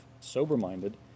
sober-minded